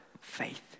faith